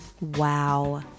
Wow